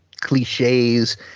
cliches